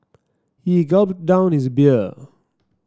he gulped down his beer